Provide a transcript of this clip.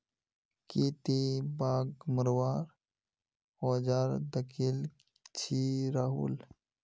की ती बाघ मरवार औजार दखिल छि राहुल